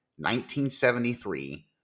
1973